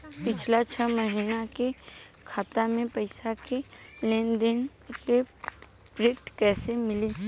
पिछला छह महीना के खाता के पइसा के लेन देन के प्रींट कइसे मिली?